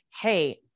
hey